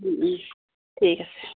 ঠিক আছে